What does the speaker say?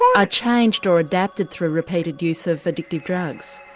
are changed or adapted through repeated use of addictive drugs.